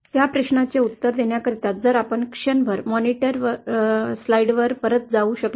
त्या प्रश्नाचे उत्तर देण्याकरिता जर आपण क्षणभर मॉनिटर स्लाइडवर परत जाऊ शकलो